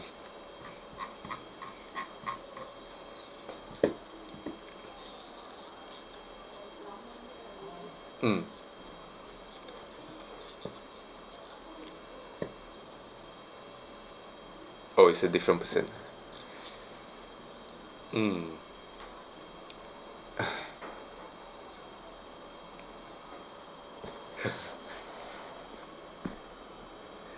mm oh it's a different person mm